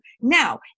Now